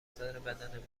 سرتاسربدن